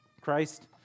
Christ